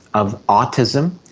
of autism,